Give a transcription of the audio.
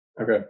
Okay